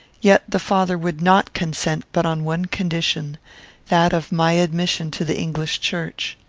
yet the father would not consent but on one condition that of my admission to the english church.